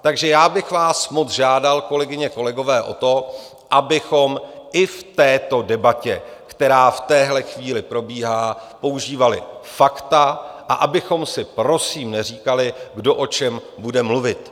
Takže já bych vás moc žádal, kolegyně, kolegové, o to, abychom i v této debatě, která v téhle chvíli probíhá, používali fakta a abychom si prosím neříkali, kdo o čem bude mluvit.